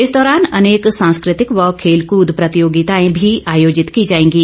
इस दौरान अनेक सांस्कृतिक व खेलकद प्रतियोगिताएं आयोजित की जाएंगी